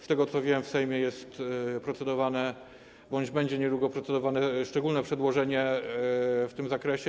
Z tego, co wiem, w Sejmie jest procedowane bądź będzie niedługo procedowane szczególne przedłożenie w tym zakresie.